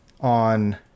on